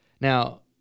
Now